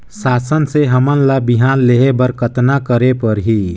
शासन से हमन ला बिहान लेहे बर कतना करे परही?